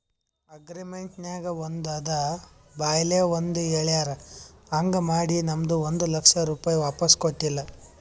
agreement ನಾಗ್ ಒಂದ್ ಅದ ಬಾಯ್ಲೆ ಒಂದ್ ಹೆಳ್ಯಾರ್ ಹಾಂಗ್ ಮಾಡಿ ನಮ್ದು ಒಂದ್ ಲಕ್ಷ ರೂಪೆ ವಾಪಿಸ್ ಕೊಟ್ಟಿಲ್ಲ